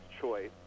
choice